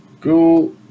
Cool